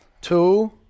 two